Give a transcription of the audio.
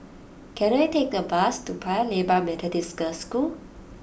can I take a bus to Paya Lebar Methodist Girls' School